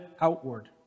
outward